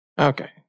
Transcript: Okay